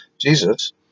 Jesus